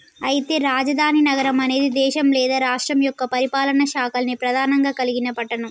అయితే రాజధాని నగరం అనేది దేశం లేదా రాష్ట్రం యొక్క పరిపాలనా శాఖల్ని ప్రధానంగా కలిగిన పట్టణం